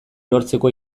lortzeko